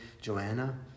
Joanna